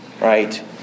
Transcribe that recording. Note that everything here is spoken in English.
right